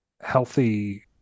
healthy